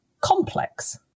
complex